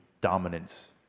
dominance